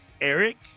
Eric